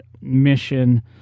mission